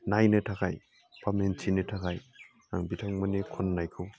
नायनो थाखाय बा मिन्थिनो थाखाय आं बिथांमोननि खननायखौ